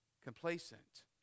complacent